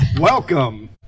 Welcome